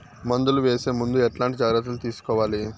మందులు వేసే ముందు ఎట్లాంటి జాగ్రత్తలు తీసుకోవాలి?